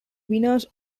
winners